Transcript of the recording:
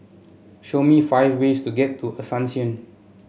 show me five ways to get to Asuncion